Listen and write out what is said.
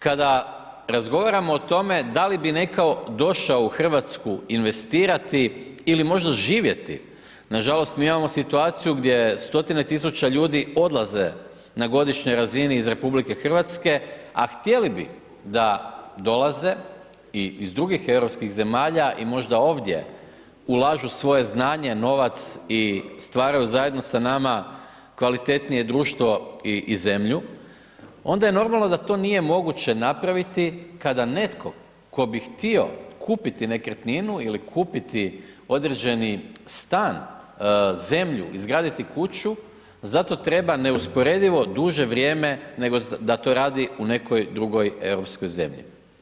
Kada razgovaramo o tome da li bi netko došao u Hrvatsku investirati ili možda živjeti, nažalost mi imamo situaciju gdje stotine tisuća ljudi odlaze na godišnjoj razini iz RH, a htjeli bi da dolaze i iz drugih europskih zemalja i možda ovdje ulažu svoje znanje, novac i stvaraju zajedno sa nama kvalitetnije društvo i zemlju onda je normalno da to nije moguće napraviti kada netko tko bi htio kupiti nekretninu ili kupiti određeni stan, zemlju, izgraditi kuću, za to treba neusporedivo duže vrijeme, nego da to radi u nekoj drugoj europskoj zemlji.